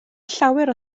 llawer